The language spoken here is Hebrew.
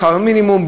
שכר מינימום,